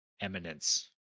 eminence